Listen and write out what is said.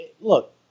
look